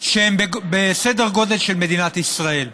שהן בסדר גודל של מדינת ישראל.